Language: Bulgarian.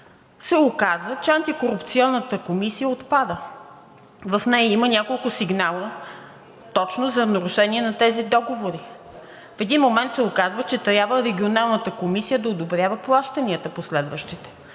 се оказа, че Антикорупционната комисия отпада. В нея има няколко сигнала точно за нарушение на тези договори. В един момент се оказва, че трябва Регионалната комисия да одобрява плащанията по следващите.